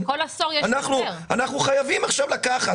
אנחנו חייבים עכשיו לקחת.